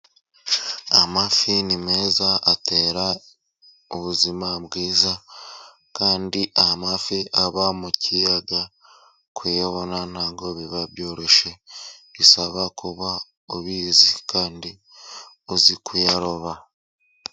Amafi ni meza, atera ubuzima bwiza, kandi amafi aba mu kiyaga, kuyabona ntabwo biba byoroshye, bisaba kuba ubizi kandi uzi kuyaroba.